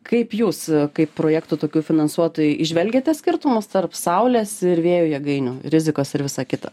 kaip jūs kaip projektų tokių finansuotojai įžvelgiate skirtumus tarp saulės vėjo jėgainių rizikos ir visa kita